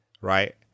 right